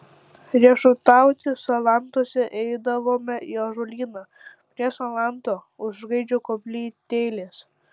riešutauti salantuose eidavome į ąžuolyną prie salanto už gaidžio koplytėlės